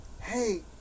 hey